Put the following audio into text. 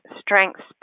strengths